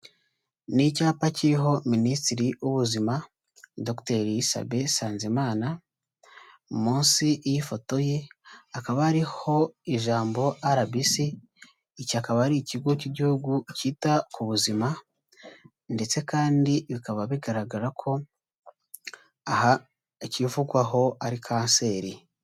Ni icyapa kiriho minisitiri w'ubuzima Dr Sabe Nsanzimana, munsi y'ifoto ye hakaba hariho ijambo RBC, iki akaba ari ikigo cy'igihugu cyita ku buzima ndetse kandi bikaba bigaragara ko aha ikivugwaho ari kanseri.